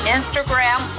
Instagram